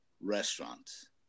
restaurants